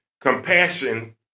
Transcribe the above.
compassion